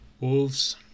Wolves